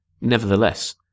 Nevertheless